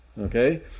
okay